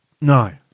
No